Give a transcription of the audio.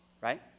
right